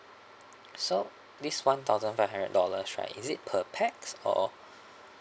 so this one thousand five hundred dollars right is it per pax or